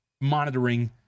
monitoring